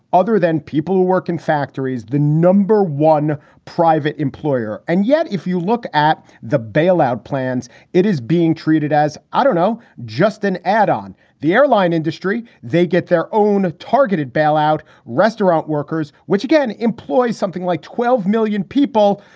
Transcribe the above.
other than people who work in factories, the number one private employer. and yet if you look at the bailout plans, it is being treated as, i don't know, just an add on the airline industry. they get their own targeted bailout. bailout. restaurant workers, which again, employs something like twelve million people.